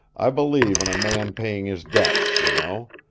i believe in a man paying his debts, you know.